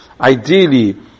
Ideally